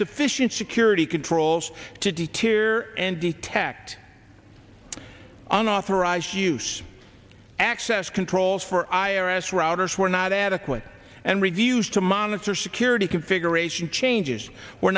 sufficient security controls to detour and detect unauthorized use access controls for i r s routers were not adequate and reviews to monitor security configuration changes were